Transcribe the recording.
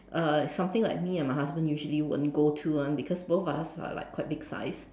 uh it's something like me and my husband usually won't go to [one] because both of us are like quite big size